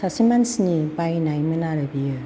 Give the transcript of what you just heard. सासे मानसिनि बायनायमोन आरो बियो